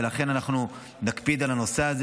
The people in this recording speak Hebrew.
ולכן אנחנו נקפיד על הנושא הזה,